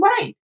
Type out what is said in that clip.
right